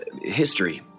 history